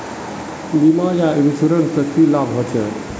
बीमा या इंश्योरेंस से की लाभ होचे?